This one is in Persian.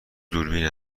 دوربین